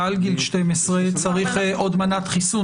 מעל גיל 12 צריך עוד מנת חיסון,